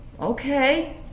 Okay